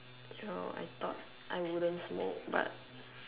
you know I thought I wouldn't smoke but